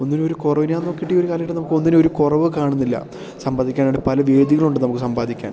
ഒന്നിനും ഒരു കുറവും നോക്കിയിട്ട് ഈ ഒരു കാലഘട്ടത്ത് നമുക്ക് ഒന്നിനും ഒരു കുറവ് കാണുന്നില്ല സമ്പാദിക്കാനായിട്ട് പല വേദികളുണ്ട് നമുക്ക് സമ്പാദിക്കാൻ